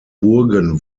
burgen